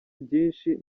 byinshi